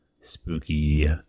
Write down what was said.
spooky